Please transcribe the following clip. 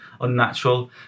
unnatural